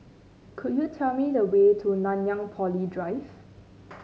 could you tell me the way to Nanyang Poly Drive